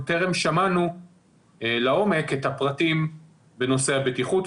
טרם שמענו לעומק את הפרטים בנושא הבטיחות,